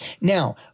now